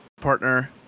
partner